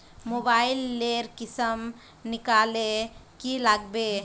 Mobile लेर किसम निकलाले की लागबे?